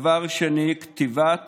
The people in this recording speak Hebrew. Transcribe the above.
דבר שני, כתיבת